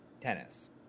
tennis